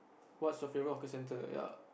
what's your favorite hawker centre ya